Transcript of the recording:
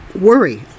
worry